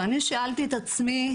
ואני שאלתי את עצמי,